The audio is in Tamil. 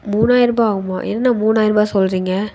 மூணாயிர்ரூபா ஆகுமா என்னண்ணா மூணாயிர்ரூபா சொல்கிறீங்க